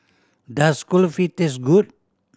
does Kulfi taste good